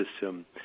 system